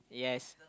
yes